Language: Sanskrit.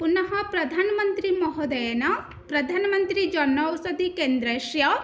पुनः प्रधानमन्त्रि महोदयेन प्रधानमन्त्रिजनौषधिकेन्द्रस्य